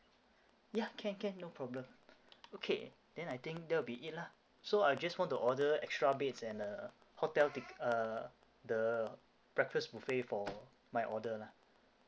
ya can can no problem okay then I think that'll be it lah so I just want to order extra beds and uh hotel tic~ uh the breakfast buffet for my order lah